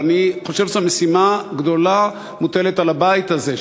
ואני חושב שמשימה גדולה מוטלת על הבית הזה.